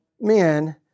men